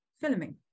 filming